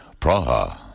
Praha